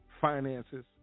finances